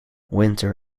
winter